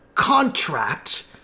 Contract